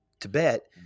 Tibet